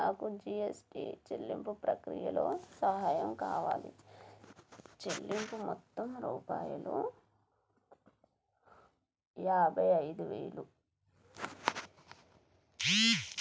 నాకు జిఎస్టీ చెల్లింపు ప్రక్రియలో సహాయం కావాలి చెల్లింపు మొత్తం రూపాయలు యాభై ఐదు వేలు